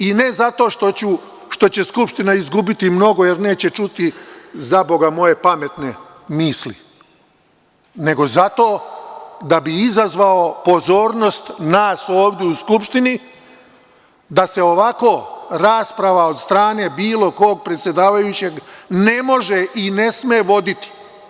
I ne zato što će Skupština izgubiti mnogo jer neće čuti, zaboga, moje pametne misli, nego zato da bi izazvao pozornost nas ovde u Skupštini da se ovako rasprava od strane bilo kog predsedavajućeg ne može i ne sme voditi.